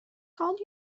called